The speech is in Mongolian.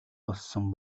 болсон